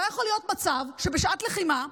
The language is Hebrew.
לא יכול להיות מצב שבשעת לחימה,